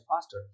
faster